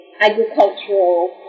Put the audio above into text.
agricultural